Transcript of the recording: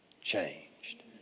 changed